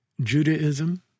Judaism